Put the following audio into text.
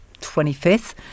25th